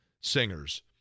singers